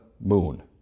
moon